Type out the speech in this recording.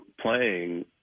playing